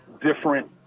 different